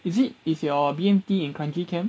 is it is your B_M_T in kranji camp